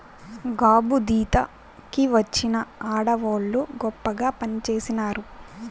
గాబుదీత కి వచ్చిన ఆడవోళ్ళు గొప్పగా పనిచేసినారు